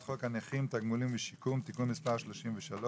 חוק הנכים (תגמולים ושיקום) (תיקון מספר 33),